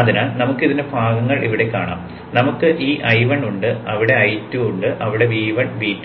അതിനാൽ നമുക്ക് ഇതിന്റെ ഭാഗങ്ങൾ ഇവിടെ കാണാം നമുക്ക് ഈ I1 ഉണ്ട് അവിടെ I2 അവിടെ V1 V2